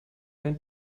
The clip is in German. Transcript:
dein